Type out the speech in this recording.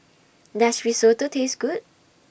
Does Risotto Taste Good